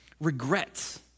regrets